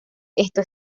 esto